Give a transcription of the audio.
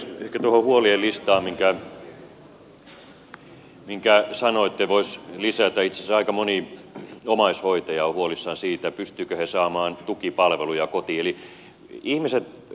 ehkä tuohon huolien listaan minkä sanoitte voisi lisätä että itse asiassa aika moni omaishoitaja on huolissaan siitä pystyvätkö he saamaan tukipalveluja kotiin